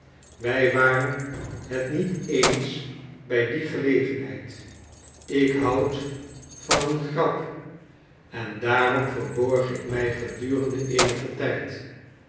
wij waren het niet eens bij die gelegenheid ik houd van een grap en daarom verb org ik mij gedurende eenigen tijd